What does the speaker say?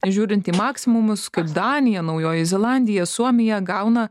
žiūrint į maksimumus kaip danija naujoji zelandija suomija gauna